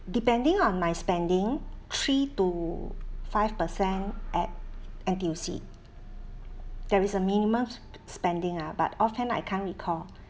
depending on my spending three to five percent at N_T_U_C there is a minimum s~ spending ah but offhand I can't recall